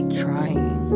trying